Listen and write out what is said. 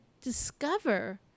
discover